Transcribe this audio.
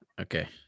Okay